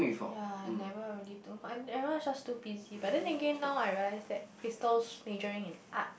ya never already do I'm ever just too busy but in again now I realized that Chrystal majoring in art